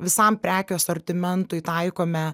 visam prekių asortimentui taikome